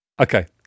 Okay